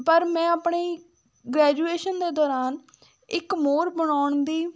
ਪਰ ਮੈਂ ਆਪਣੀ ਗ੍ਰੈਜੂਏਸ਼ਨ ਦੇ ਦੌਰਾਨ ਇੱਕ ਮੋਹਰ ਬਣਾਉਣ ਦੀ